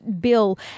bill